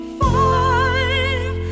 five